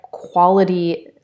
quality